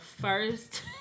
first